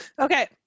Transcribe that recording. Okay